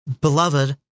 Beloved